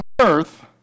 earth